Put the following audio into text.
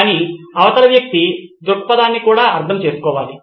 కాని అవతలి వ్యక్తి దృక్పథాన్ని కూడా అర్థం చేసుకోవాలి